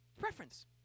preference